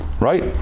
right